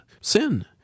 sin